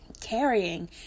carrying